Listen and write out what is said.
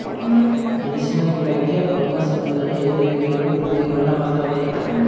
ಮೆಣಸಿನ ಗಿಡಕ್ಕೆ ಫಂಗಸ್ ಬಂದರೆ ಎಲೆಯ ಕೆಳಗೆ ಬೂದಿ ಬಣ್ಣ ಬರ್ತಾದೆ